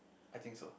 I think so